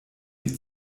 die